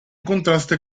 contraste